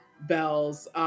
bells